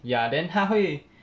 ya then 她会